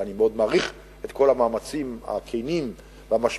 ואני מאוד מעריך את כל המאמצים הכנים והמשמעותיים